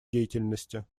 деятельности